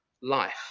life